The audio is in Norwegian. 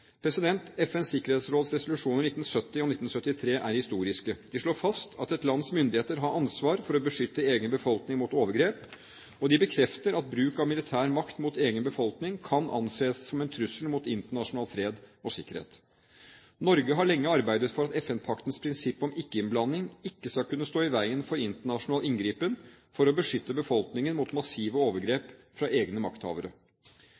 FNs sikkerhetsråds resolusjoner 1970 og 1973 er historiske. De slår fast at et lands myndigheter har ansvar for å beskytte egen befolkning mot overgrep, og de bekrefter at bruk av militær makt mot egen befolkning kan anses som en trussel mot internasjonal fred og sikkerhet. Norge har lenge arbeidet for at FN-paktens prinsipp om ikke-innblanding ikke skal kunne stå i veien for internasjonal inngripen for å beskytte befolkningen mot massive overgrep fra egne makthavere.